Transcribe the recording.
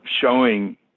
showing